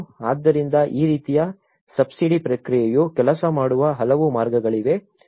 ಆದ್ದರಿಂದ ಈ ರೀತಿಯ ಸಬ್ಸಿಡಿ ಪ್ರಕ್ರಿಯೆಯು ಕೆಲಸ ಮಾಡುವ ಹಲವು ಮಾರ್ಗಗಳಿವೆ